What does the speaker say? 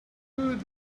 could